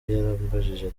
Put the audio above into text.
yarambajije